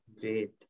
Great